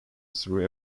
through